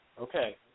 Okay